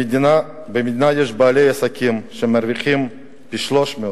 במדינה יש בעלי עסקים שמרוויחים פי-300,